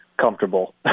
comfortable